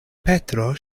petro